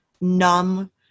numb